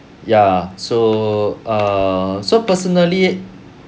ya so err so personally